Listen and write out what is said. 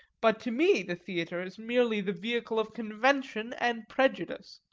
but to me the theatre is merely the vehicle of convention and prejudice.